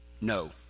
No